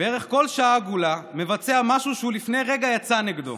בערך כל שעה עגולה מבצע משהו שהוא לפני רגע יצא נגדו,